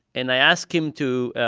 and i ask him to